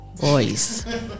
Boys